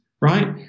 right